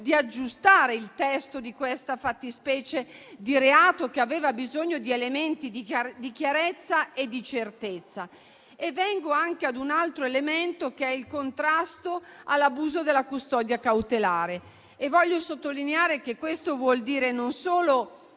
di aggiustare il testo di questa fattispecie di reato, che aveva bisogno di elementi di chiarezza e di certezza. Vengo anche ad un altro elemento, che è il contrasto all'abuso della custodia cautelare. Voglio sottolineare che questo vuol dire non solo